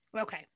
Okay